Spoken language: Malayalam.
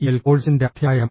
എൽ കോഴ്സിന്റെ അധ്യായം